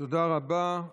תודה רבה.